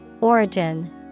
Origin